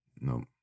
no